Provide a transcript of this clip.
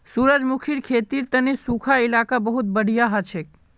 सूरजमुखीर खेतीर तने सुखा इलाका बहुत बढ़िया हछेक